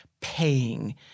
paying